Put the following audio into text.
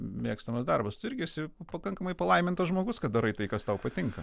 mėgstamas darbas tu irgi esi pakankamai palaimintas žmogus kad darai tai kas tau patinka